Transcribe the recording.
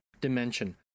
dimension